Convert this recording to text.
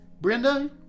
Brenda